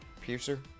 Piercer